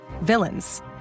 villains